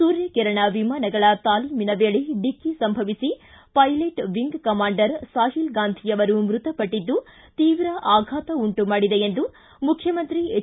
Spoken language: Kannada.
ಸೂರ್ಯಕಿರಣ ವಿಮಾನಗಳ ತಾಲೀಮಿನ ವೇಳೆ ಡಿಕ್ಕಿ ಸಂಭವಿಸಿ pilot wing commander Sahil Gandhi ಅವರ ಮೃತಪಟ್ಟದ್ದು ತೀವ್ರ ಆಘಾತ ಉಂಟು ಮಾಡಿದೆ ಎಂದು ಮುಖ್ಯಮಂತ್ರಿ ಎಚ್